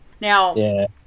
Now